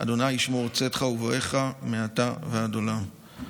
ה' ישמר צאתך ובואך מעתה ועד עולם".